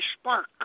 spark